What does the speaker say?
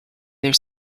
their